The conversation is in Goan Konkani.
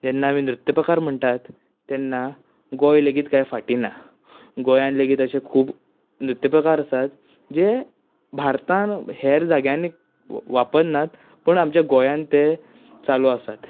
जेन्ना आमी नृत्य प्रकार म्हणटात तेन्ना गोंय लेगीत काय फाटी ना गोंयान लेगीत अशे खूब नृत्य प्रकार आसात जे भारतांत वा हेर जाग्यांनी वापरनात पूण आमच्या गोंयांत ते चालू आसात